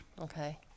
Okay